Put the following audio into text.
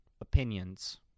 opinions